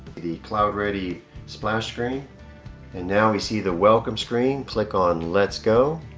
the cloud ready splash screen and now we see the welcome screen click on let's go